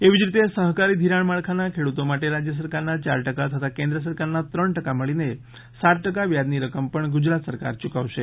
એવી જ રીતે સહકારી ઘિરાણ માળખાના ખેડૂતો માટે રાજ્ય સરકારના ચાર ટકા તથા કેન્દ્ર સરકારના ત્રણ ટકા મળીને સાત ટકા વ્યાજની રકમ પણ ગુજરાત સરકાર ચૂકવશે